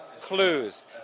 clues